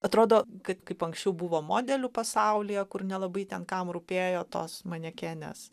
atrodo kad kaip anksčiau buvo modelių pasaulyje kur nelabai ten kam rūpėjo tos manekenės